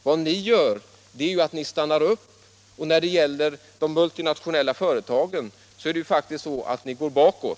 Vad ni gör är att ni stannar upp, och när det gäller multinationella företag är det faktiskt så att ni går bakåt.